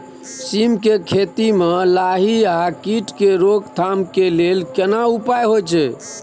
सीम के खेती म लाही आ कीट के रोक थाम के लेल केना उपाय होय छै?